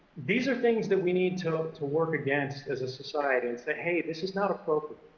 these are things that we need to to work against as a society, and say hey, this is not appropriate.